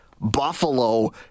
buffalo